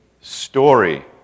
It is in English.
story